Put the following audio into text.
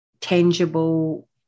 tangible